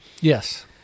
yes